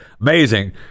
Amazing